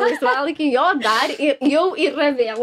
laisvalaikį jo dar i jau yra vėl